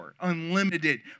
unlimited